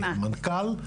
מנכ"ל,